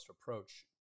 approach